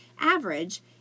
average